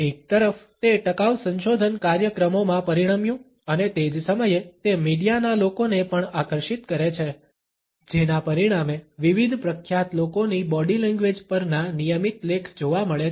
એક તરફ તે ટકાઉ સંશોધન કાર્યક્રમોમાં પરિણમ્યું અને તે જ સમયે તે મીડિયા ના લોકોને પણ આકર્ષિત કરે છે જેના પરિણામે વિવિધ પ્રખ્યાત લોકોની બોડી લેંગ્વેજ પરના નિયમિત લેખ જોવા મળે છે